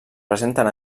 presenten